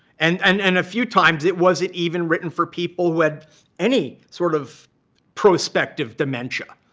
and and and a few times, it wasn't even written for people who had any sort of prospective dementia.